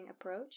approach